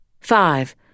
Five